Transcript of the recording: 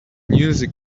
music